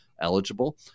eligible